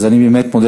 אז אני באמת מודה